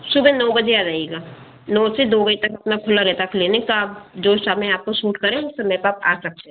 सुबह नौ बजे आ जाएगा नौ से दो बजे तक अपना खुला रहता है क्लिनिक आप जो समय आपको सूट करे आप उस समय पर मेरे पास आ सकते हैं